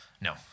No